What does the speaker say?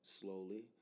slowly